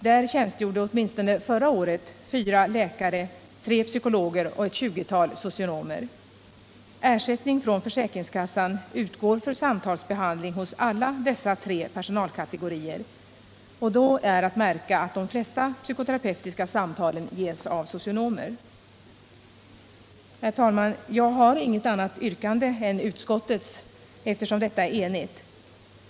Där tjänstgjorde åtminstone förra året fyra läkare, tre psykologer och ett tjugotal socionomer. Ersättning från försäkringskassan utgår för samtalsbehandling hos alla dessa tre personalkategorier, och då är att märka att de flesta psykoterapeutiska samtalen ges av socionomer. Herr talman! Jag har inget annat yrkande än utskottet, eftersom detta är enigt.